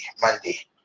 Monday